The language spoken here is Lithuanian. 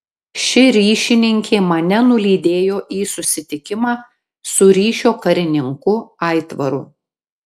ši ryšininkė mane nulydėjo į susitikimą su ryšio karininku aitvaru